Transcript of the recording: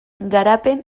garapen